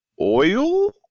oil